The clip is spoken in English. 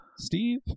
Steve